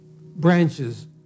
branches